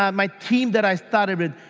ah my theme that i started with,